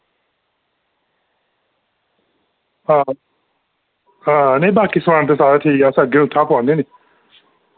हां हां नेईं बाकी समान ते सारा ठीक ऐ अस अग्गें बी उत्थूं पोआन्ने निं